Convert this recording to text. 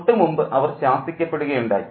തൊട്ടു മുമ്പ് അവർ ശാസിക്കപ്പെടുകയുണ്ടായി